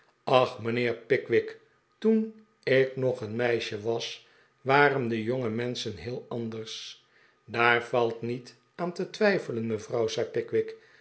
ach mijnheer pickwick toen ik nog een meisje was waren de jongemenschen heel anders daar valt niet aan te twijfelen mevrouw zei